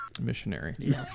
Missionary